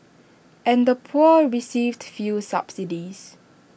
and the poor received few subsidies